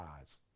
eyes